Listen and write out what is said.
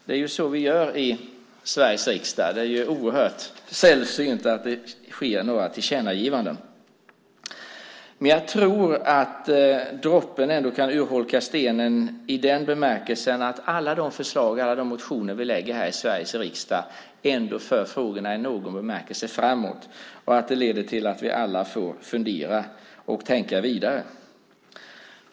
Det är så vi gör i Sveriges riksdag. Det är oerhört sällsynt att det sker några tillkännagivanden. Jag tror att droppen ändå kan urholka stenen i den bemärkelsen att alla förslag i alla de motioner vi lägger fram här i Sveriges riksdag ändå i någon bemärkelse för frågorna framåt. Det leder till att vi alla får fundera och tänka vidare.